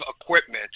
equipment